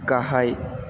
गाहाय